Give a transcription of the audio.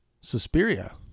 Suspiria